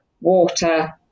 water